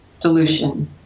dilution